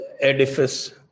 edifice